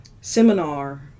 seminar